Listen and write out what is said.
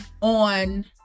on